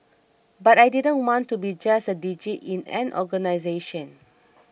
but I didn't want to be just a digit in an organisation